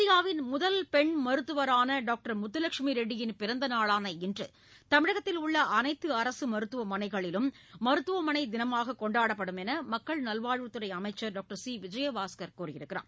இந்தியாவின் முதல் பெண் மருத்துவரான டாக்டர் முத்துலட்சுமி ரெட்டியின் பிறந்த நாளான இன்று தமிழகத்தில் உள்ள அனைத்து அரசு மருத்துவமனைகளிலும் மருத்துவமனை தினமாக கொண்டாடப்படும் என மக்கள் நல்வாழ்வுத் துறை அமைச்சர் டாக்டர் சி விஜயபாஸ்கர் கூறியுள்ளார்